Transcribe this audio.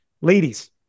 Ladies